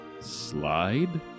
slide